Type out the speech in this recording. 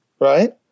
right